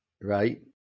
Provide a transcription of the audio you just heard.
right